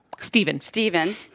Stephen